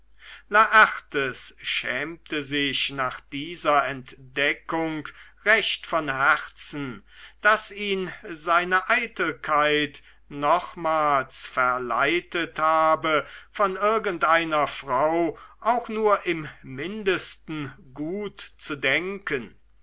laertes schämte sich nach dieser entdeckung recht von herzen daß ihn seine eitelkeit nochmals verleitet habe von irgendeiner frau auch im mindesten gut zu denken